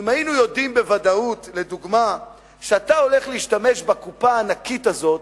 אם היינו יודעים בוודאות שאתה הולך להשתמש בקופה הענקית הזאת,